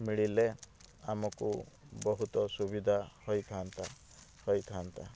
ମିଳିଲେ ଆମକୁ ବହୁତ ସୁବିଧା ହୋଇଥାନ୍ତା ହୋଇଥାନ୍ତା